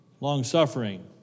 long-suffering